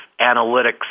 analytics